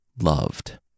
loved